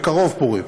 אבל בקרוב פורים.